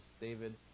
David